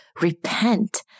repent